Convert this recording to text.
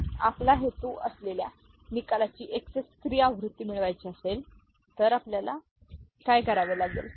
तर आपला हेतू असलेल्या निकालाची एक्सएस 3 आवृत्ती मिळवायची असेल तर आपल्याला काय करावे लागेल